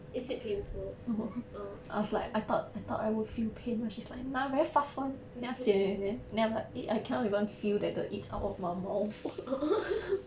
is it painful orh is su~ orh